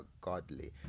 godly